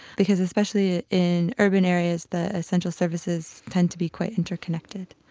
because especially in urban areas the essential services tend to be quite interconnected.